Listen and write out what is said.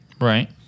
Right